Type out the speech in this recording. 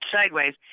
sideways